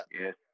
Yes